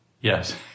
Yes